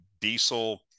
diesel